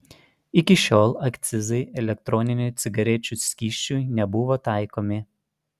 iki šiol akcizai elektroninių cigarečių skysčiui nebuvo taikomi